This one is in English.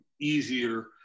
easier